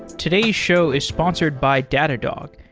today's show is sponsored by datadog,